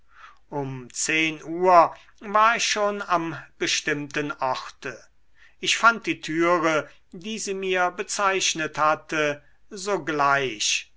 um zehn uhr war ich schon am bestimmten orte ich fand die türe die sie mir bezeichnet hatte sogleich